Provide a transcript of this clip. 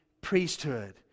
priesthood